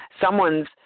someone's